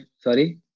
Sorry